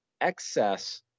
excess